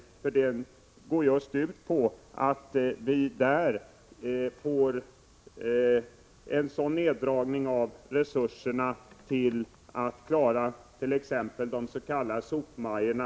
Även där handlar det ju om att dra ned resurserna för de s.k. sopmajorna.